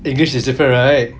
english is different right